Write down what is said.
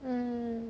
mm